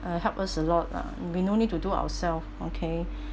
uh help us a lot lah we no need to do ourself okay